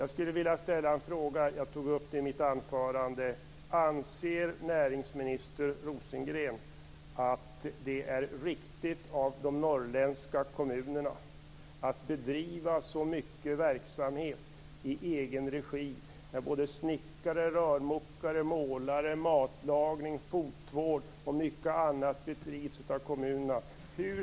Jag skulle vilja ställa en fråga - jag tog upp det i mitt anförande: Anser näringsminister Rosengren att det är riktigt att de norrländska kommunerna bedriver så mycket verksamhet i egen regi: snickare, rörmokare, målare, matlagning, fotvård och mycket annat?